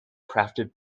crafted